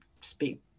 speak